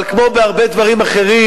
אבל כמו בהרבה דברים אחרים,